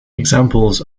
examples